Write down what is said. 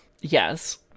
Yes